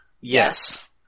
Yes